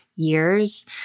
years